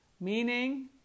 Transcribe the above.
Meaning